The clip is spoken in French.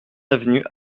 avenue